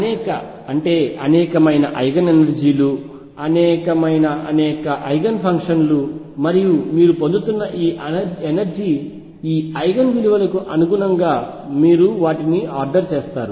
అనేక అనేక ఐగెన్ ఎనర్జీలు అనేక అనేక ఐగెన్ ఫంక్షన్లు మరియు మీరు పొందుతున్న ఎనర్జీ ఈ ఐగెన్ విలువలకు అనుగుణంగా మీరు వాటిని ఆర్డర్ చేస్తారు